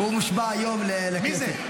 הוא מושבע היום לכנסת.